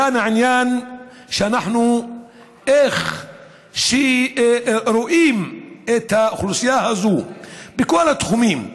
כאן העניין: איך אנחנו רואים את האוכלוסייה הזו בכל התחומים,